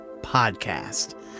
Podcast